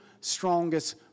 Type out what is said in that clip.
strongest